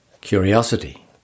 curiosity